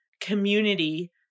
community